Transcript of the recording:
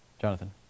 Jonathan